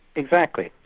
exactly.